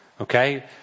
Okay